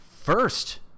first